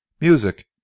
Music